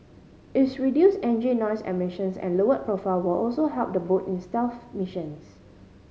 its reduce engine noise emissions and lower profile will also help the boat in stealth missions